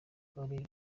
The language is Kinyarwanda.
karere